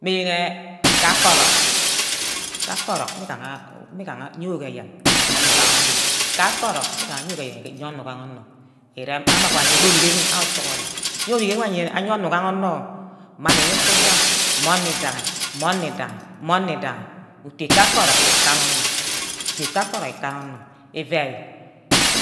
Meyene kake orock, kake orock imigaha, imiga ha yo ke eyen uye onor ugaha onor, kake orock mme gaha yo ke eyen ke onor ugaha onor, ireme awor gba aye onick awe awor sughuren, ye enuck ewe aye onor ugaha onor, mani-nne-kuja, mme onor idangi, mma onor idangi, mma onor idangi utu kake orock ikibba anor, ute ka ke orock nu kana onor, ivai,